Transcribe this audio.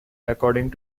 according